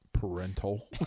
parental